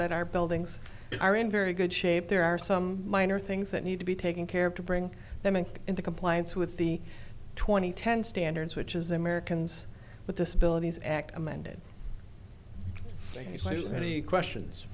that our buildings are in very good shape there are some minor things that need to be taken care of to bring them in into compliance with the twenty ten standards which is the americans with disabilities act amended so there's any questions